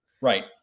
Right